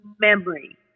memory